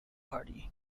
party